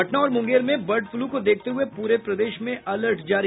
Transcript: पटना और मुंगेर में bird flu को देखते हुए पूरे प्रदेश में अलर्ट जारी